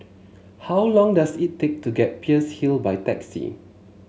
how long does it take to get Peirce Hill by taxi